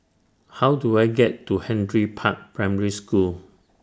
How Do I get to Henry Park Primary School